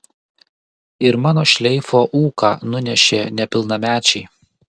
ir mano šleifo ūką nunešė nepilnamečiai